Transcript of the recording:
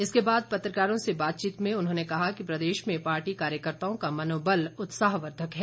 इसके बाद पत्रकारों से बातचीत में उन्होंने कहा कि प्रदेश में पार्टी कार्यकर्ताओं का मनोबल उत्साहवर्धक है